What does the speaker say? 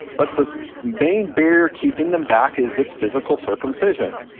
but the main barrier keeping them back is this physical circumcision.